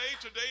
today